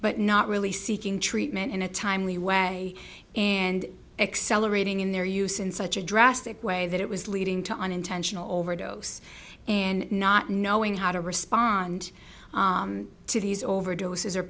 but not really seeking treatment in a timely way and accelerating in their use in such a drastic way that it was leading to unintentional overdose and not knowing how to respond to these overdoses or